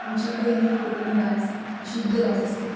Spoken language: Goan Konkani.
आमचे पयलीं कोंकणी भास ही शुध्द भास आसली